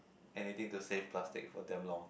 and you think the same plastic for damn long